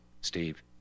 Steve